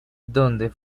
donde